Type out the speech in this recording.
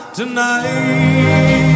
tonight